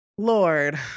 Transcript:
Lord